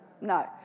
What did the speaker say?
No